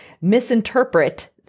misinterpret